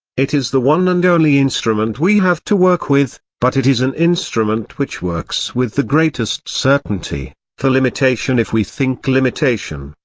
it is the one and only instrument we have to work with, but it is an instrument which works with the greatest certainty, for limitation if we think limitation,